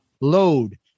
Load